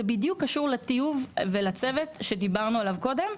זה בדיוק קשור לטיוב ולצוות שדיברנו עליו קודם.